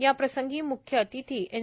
याप्रसंगी म्ख्य अतिथी एन